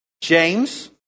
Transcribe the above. James